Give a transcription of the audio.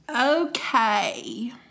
Okay